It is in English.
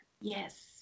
Yes